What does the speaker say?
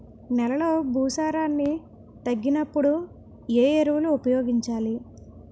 నెలలో భూసారాన్ని తగ్గినప్పుడు, ఏ ఎరువులు ఉపయోగించాలి?